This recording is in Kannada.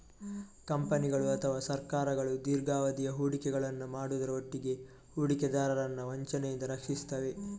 ಕಂಪನಿಗಳು ಅಥವಾ ಸರ್ಕಾರಗಳು ದೀರ್ಘಾವಧಿಯ ಹೂಡಿಕೆಗಳನ್ನ ಮಾಡುದ್ರ ಒಟ್ಟಿಗೆ ಹೂಡಿಕೆದಾರರನ್ನ ವಂಚನೆಯಿಂದ ರಕ್ಷಿಸ್ತವೆ